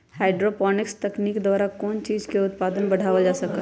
hydroponics तकनीक द्वारा कौन चीज के उत्पादन बढ़ावल जा सका हई